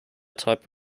type